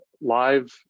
live